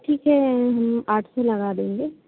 ठीक है आठ सौ लगा देंगे